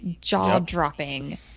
jaw-dropping